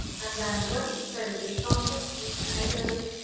and then once we started disc golfing, we kind of,